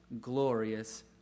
glorious